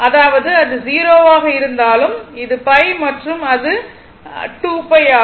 அதாவது அது 0 ஆக இருந்தாலும் இது π மற்றும் இது அது 2 π ஆகும்